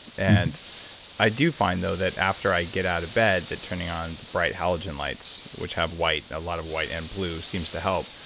and i do find though that after i get out of bed, that turning on bright halogen lights, which have white, a lot of white and blue, seems to help,